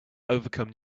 overcome